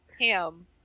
ham